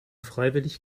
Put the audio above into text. freiwillig